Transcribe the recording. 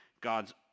God's